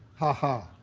ha, ha.